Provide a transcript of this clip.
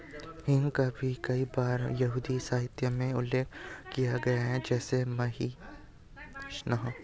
हींग का भी कई बार यहूदी साहित्य में उल्लेख किया गया है, जैसे मिशनाह